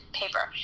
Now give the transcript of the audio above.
paper